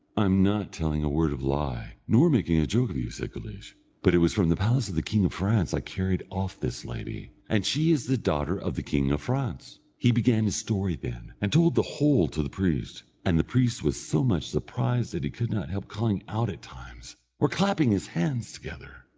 i'm not telling a word of lie, nor making a joke of you, said guleesh but it was from the palace of the king of france i carried off this lady, and she is the daughter of the king of france. he began his story then, and told the whole to the priest, and the priest was so much surprised that he could not help calling out at times, or clapping his hands together.